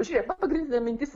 žiūrėk va pagrindinė mintis